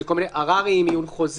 זה כל מיני עררים, עיון חוזר.